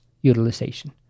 utilization